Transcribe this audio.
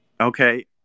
Okay